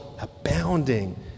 abounding